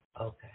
Okay